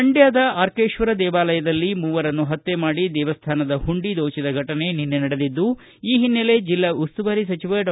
ಮಂಡ್ಕದ ಅರ್ಕೇತ್ವರ ದೇವಾಲಯದಲ್ಲಿ ಮೂವರನ್ನು ಪತ್ತೆ ಮಾಡಿ ದೇವಸ್ಥಾನದ ಮಂಡಿ ದೋಚಿದ ಘಟನೆ ನಿನ್ನೆ ನಡೆದಿದ್ದು ಈ ಹಿನ್ನೆಲೆ ಜಿಲ್ಲಾ ಉಸ್ತುವಾರಿ ಸಚಿವ ಡಾ